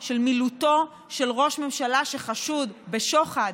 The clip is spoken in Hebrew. של מילוטו של ראש ממשלה שחשוד בשוחד,